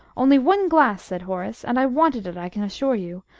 only one glass, said horace and i wanted it, i can assure you.